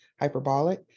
hyperbolic